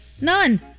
none